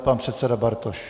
Pan předseda Bartoš.